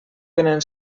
vénen